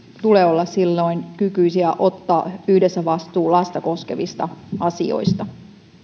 tulee olla silloin kykyisiä ottaa yhdessä vastuu lasta koskevista asioista